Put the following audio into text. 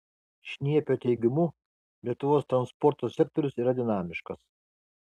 šniepio teigimu lietuvos transporto sektorius yra dinamiškas